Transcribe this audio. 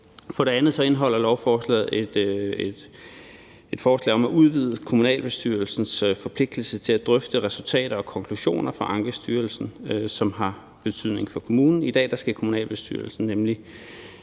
For det andet indeholder lovforslaget et forslag om at udvide kommunalbestyrelsens forpligtelse til at drøfte resultater og konklusioner fra Ankestyrelsen, som har betydning for kommunen. I dag skal kommunalbestyrelsen nemlig